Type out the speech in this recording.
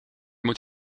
moet